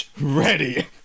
ready